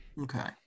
okay